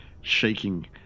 shaking